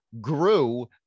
grew